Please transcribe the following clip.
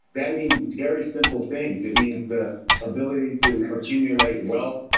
that means very simple things. it means the ability to accumulate wealth,